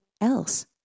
else